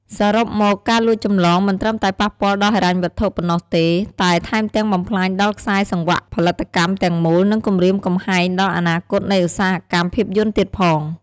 សរុបមក ការលួចចម្លងមិនត្រឹមតែប៉ះពាល់ដល់ហិរញ្ញវត្ថុប៉ុណ្ណោះទេ តែថែមទាំងបំផ្លាញដល់ខ្សែសង្វាក់ផលិតកម្មទាំងមូល និងគំរាមកំហែងដល់អនាគតនៃឧស្សាហកម្មភាពយន្តទៀតផង។